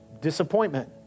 disappointment